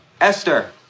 Esther